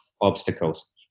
obstacles